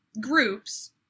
groups